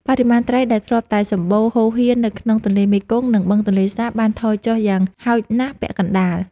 បរិមាណត្រីដែលធ្លាប់តែសម្បូរហូរហៀរនៅក្នុងទន្លេមេគង្គ និង បឹងទន្លេសាបបានថយចុះយ៉ាងហោចណាស់ពាក់កណ្តាល។